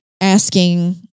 asking